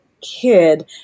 kid